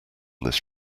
this